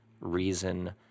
reason